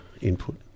input